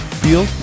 feel